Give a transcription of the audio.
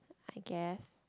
I guess